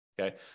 okay